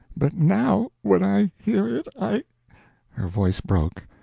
but now when i hear it i her voice broke,